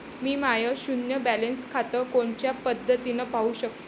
मी माय शुन्य बॅलन्स खातं कोनच्या पद्धतीनं पाहू शकतो?